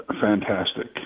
Fantastic